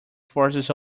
forces